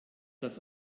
das